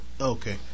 Okay